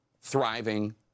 thriving